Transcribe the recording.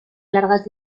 largas